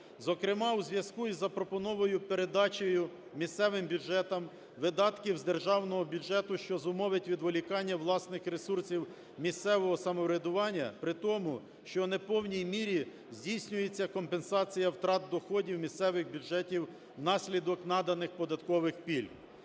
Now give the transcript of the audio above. зокрема у зв'язку із запропонованою передачею місцевим бюджетам видатків з державного бюджету, що зумовить відволікання власних ресурсів місцевого самоврядування, притому що в неповній мірі здійснюється компенсація втрат доходів місцевих бюджетів внаслідок наданих податкових пільг.